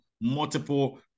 multiple